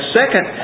second